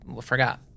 forgot